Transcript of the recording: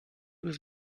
with